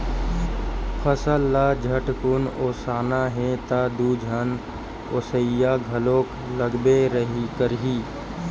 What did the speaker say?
फसल ल झटकुन ओसाना हे त दू झन ओसइया घलोक लागबे करही